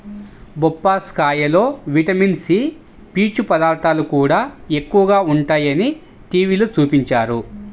బొప్పాస్కాయలో vitamin C, పీచు పదార్థాలు కూడా ఎక్కువగా ఉంటయ్యని టీవీలో చూపించారు